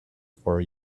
for